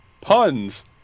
Puns